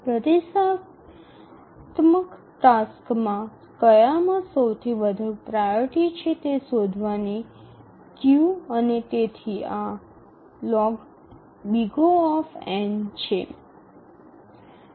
પ્રતીક્ષાત્મક ટાસક્સમાં કયામાં સૌથી વધુ પ્રાઓરિટી છે તે શોધવાની ક્યૂ અને તેથી આ O છે